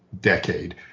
decade